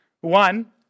One